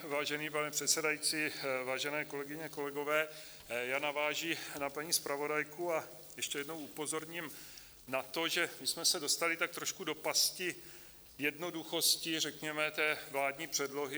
Vážený pane předsedající, vážené kolegyně, kolegové, navážu na paní zpravodajku a ještě jednou upozorním na to, že jsme se dostali tak trošku do pasti jednoduchosti řekněme té vládní předlohy.